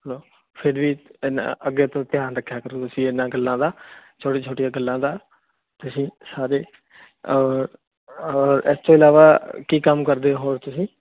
ਫਿਰ ਵੀ ਅੱਗੇ ਤੋਂ ਧਿਆਨ ਰੱਖਿਆ ਕਰੋ ਤੁਸੀਂ ਇਨਾ ਗੱਲਾਂ ਦਾ ਛੋਟੀਆਂ ਛੋਟੀਆਂ ਗੱਲਾਂ ਦਾ ਤੁਸੀਂ ਸਾਰੇ ਇਸ ਤੋਂ ਇਲਾਵਾ ਕੀ ਕੰਮ ਕਰਦੇ ਹੋਰ ਤੁਸੀਂ